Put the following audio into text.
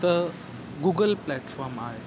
त Google platform आहे